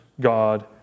God